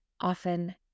often